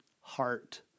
heart